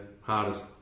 hardest